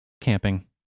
camping